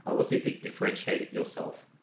ah what do you think differentiate yourself?